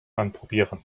anprobieren